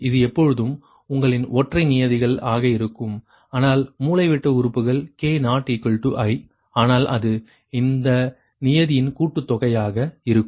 இது எப்பொழுதும் உங்களின் ஒற்றை நியதிகள் ஆக இருக்கும் ஆனால் மூலைவிட்ட உறுப்புகள் k ≠ i ஆனால் அது இந்தச் நியதியின் கூட்டுத்தொகையாக இருக்கும்